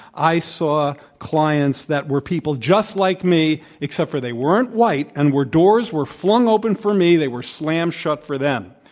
i saw clients that were people just like me except for they weren't white and where doors were flung open for me, they were slammed shut for them.